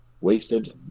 wasted